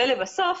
ולבסוף,